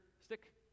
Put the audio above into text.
stick